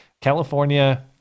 California